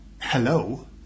hello